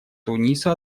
туниса